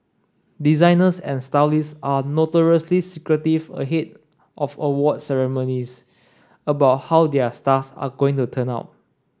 designers and stylists are notoriously secretive ahead of awards ceremonies about how their stars are going to turn out